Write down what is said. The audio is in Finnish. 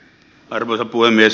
arvoisa puhemies